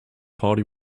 party